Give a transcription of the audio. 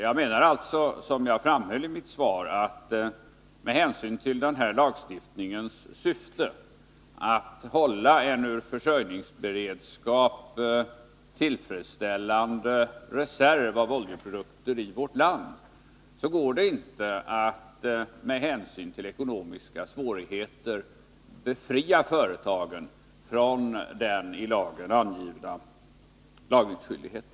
Jag menar alltså, som jag framhöll i mitt svar, att det med hänsyn till lagstiftningens syfte, att hålla en ur försörjningsberedskapssynpunkt tillfredsställande reserv av oljeprodukter i vårt land, inte går att på grund av ekonomiska svårigheter befria företagen från den i lagen angivna lagringsskyldigheten.